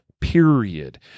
period